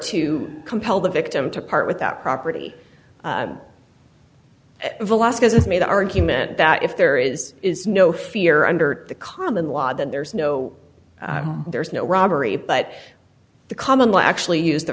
to compel the victim to part with that property velasquez has made the argument that if there is no fear under the common law then there's no there's no robbery but the common law actually used the